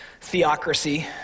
theocracy